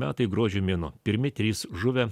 metai gruodžio mėnuo pirmi trys žuvę